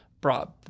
brought